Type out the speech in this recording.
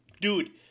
Dude